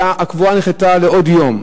הקבורה נדחתה בעוד יום,